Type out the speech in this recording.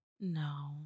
No